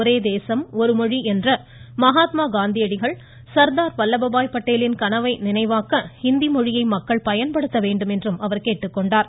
ஒரே தேசம் ஒரு மொழி என்ற மகாத்மா காந்தியடிகள் சர்தார் வல்லபபாய் பட்டேலின் கனவை நினைவாக்க ஹிந்தி மொழியை மக்கள் பயன்படுத்த வேண்டும் என்றும் கூறினார்